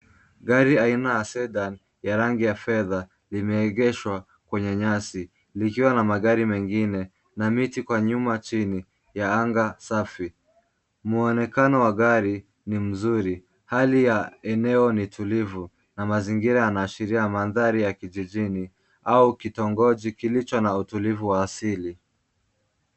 Gari aina ya Sedan ya rangi ya fedha limeegeshwa kwenye nyasi likiwa na magari mengine na miti kwa nyuma chini ya angaa safi, Muonekano wa gari ni mzuri hali ya eneo ni tulivu na mazingira yanaashiria mandhari ya kijijini au kitongoji kilicho na utulivu wa asili.